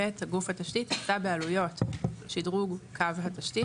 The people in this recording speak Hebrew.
(ב) גוף התשתית יישא בעלויות שדרוג קו התשתית,